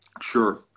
sure